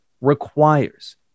requires